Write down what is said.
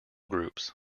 groups